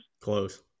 Close